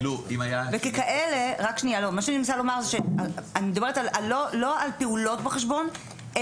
אני לא מדברת על פעולות בחשבון,